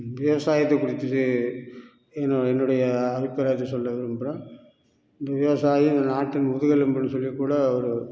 விவசாயத்தை குறிச்சது என்ன என்னுடைய அபிப்ராயத்தை சொல்ல விரும்புகிறேன் விவசாயம் இந்த நாட்டின் முதுகெலும்புன்னு சொல்லி கூட ஒரு